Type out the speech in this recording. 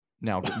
Now